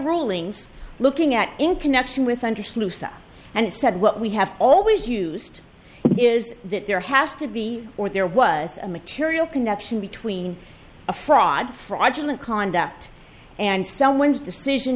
rulings looking at in connection with under sluicing and it said what we have always used is that there has to be or there was a material connection between a fraud fraudulent conduct and someone's decision